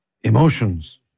emotions